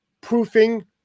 proofing